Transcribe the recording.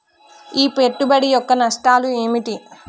ఈ పెట్టుబడి యొక్క నష్టాలు ఏమిటి?